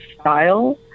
style